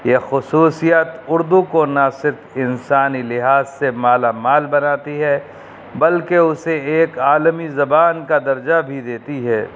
یہ خصوصیات اردو کو نہ صرف انسانی لحاظ سے مالا مال بناتی ہے بلکہ اسے ایک عالمی زبان کا درجہ بھی دیتی ہے